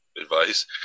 advice